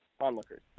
onlookers